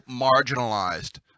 marginalized